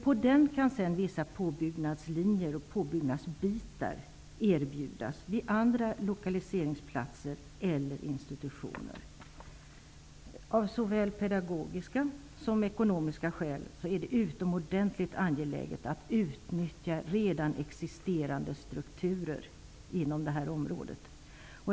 På den kan sedan vissa påbyggnadslinjer och påbyggnadsbitar erbjudas vid andra lokaliseringsplatser eller institutioner. Av såväl pedagogiska som ekonomiska skäl är det utomordentligt angeläget att utnyttja redan existerande strukturer inom det här området.